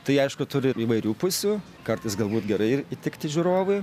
tai aišku turi įvairių pusių kartais galbūt gerai ir įtikti žiūrovui